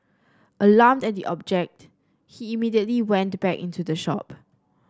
alarmed at the object he immediately went back into the shop